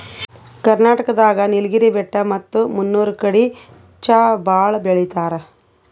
ಕರ್ನಾಟಕ್ ದಾಗ್ ನೀಲ್ಗಿರಿ ಬೆಟ್ಟ ಮತ್ತ್ ಮುನ್ನೂರ್ ಕಡಿ ಚಾ ಭಾಳ್ ಬೆಳಿತಾರ್